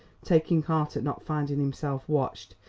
taking heart at not finding himself watched,